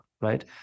right